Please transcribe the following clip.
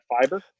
fiber